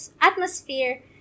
atmosphere